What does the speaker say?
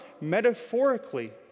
Metaphorically